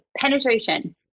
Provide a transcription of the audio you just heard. penetration